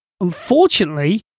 Unfortunately